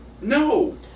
No